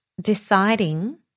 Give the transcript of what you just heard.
deciding